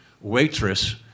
waitress